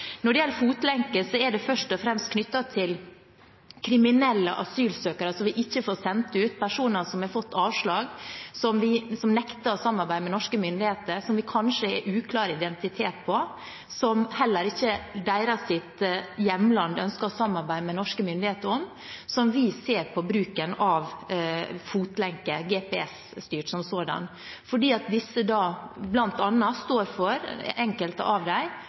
Når det gjelder fotlenke, er det først og fremst knyttet til kriminelle asylsøkere som vi ikke får sendt ut, personer som har fått avslag som nekter å samarbeide med norske myndigheter, som vi kanskje har uklar identitet på, og som heller ikke deres hjemland ønsker å samarbeide med norske myndigheter om. Da ser vi på bruken av fotlenke, GPS-styrt sådan, fordi disse – enkelte av dem – bl.a. står for dopsalg og andre typer kriminalitet i enkelte deler av